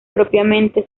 propiamente